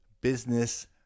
business